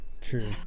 True